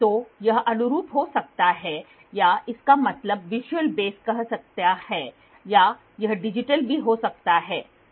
तो यह अनुरूप हो सकता है या इसका मतलब विष्युए्ल बेस कह सकता है या यह डिजिटल भी हो सकता है